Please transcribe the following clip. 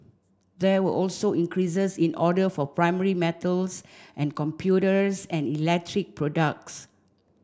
there were also increases in order for primary metals and computers and electric products